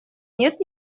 нет